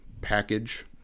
package